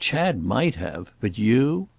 chad might have. but you?